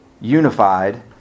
unified